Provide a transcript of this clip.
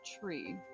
tree